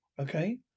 Okay